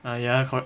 ah ya corre~